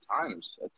times